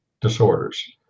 disorders